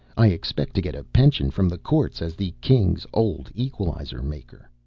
i expect to get a pension from the courts as the kings' old equalizer-maker.